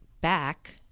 back